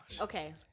Okay